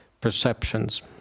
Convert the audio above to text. perceptions